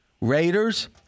Raiders